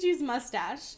mustache